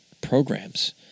programs